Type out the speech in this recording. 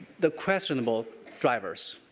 the questionable drivers.